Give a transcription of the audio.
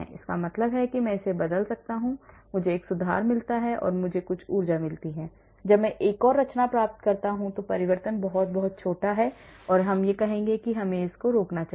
इसका मतलब है कि मैं बदल जाता हूं मुझे एक सुधार मिलता है मुझे कुछ ऊर्जा मिलती है जब मैं एक और रचना प्राप्त करता हूं परिवर्तन बहुत बहुत छोटा है तो मैं कहूंगा कि मुझे रोक दें